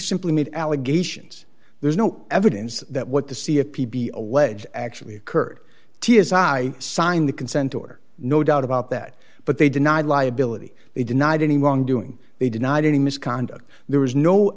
simply made allegations there's no evidence that what the c f p be alleged actually occurred to me is i signed the consent order no doubt about that but they denied liability they denied any wrongdoing they denied any misconduct there was no